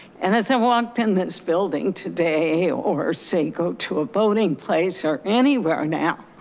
and as i walked in this building today or say go to a boating place or anywhere now,